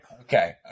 Okay